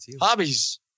Hobbies